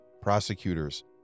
prosecutors